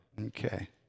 Okay